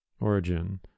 origin